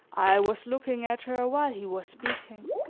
i was looking at her while he was speaking,